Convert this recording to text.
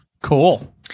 Cool